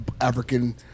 African